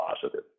positive